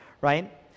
right